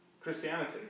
Christianity